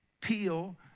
peel